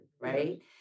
right